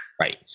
Right